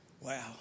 Wow